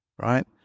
right